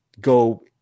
go